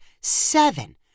seven